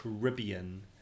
caribbean